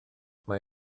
mae